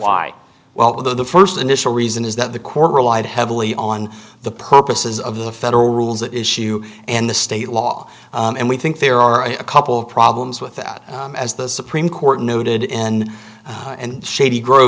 why well the st initial reason is that the court relied heavily on the purposes of the federal rules that issue and the state law and we think there are a couple of problems with that as the supreme court noted in and shady